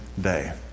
day